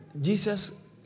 Jesus